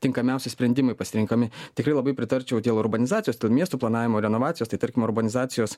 tinkamiausi sprendimai pasirenkami tikrai labai pritarčiau dėl urbanizacijos dėl miestų planavimo renovacijos tai tarkim urbanizacijos